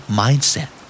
mindset